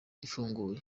ifunguye